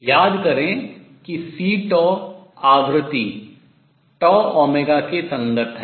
याद करें कि C आवृत्ति τω के संगत है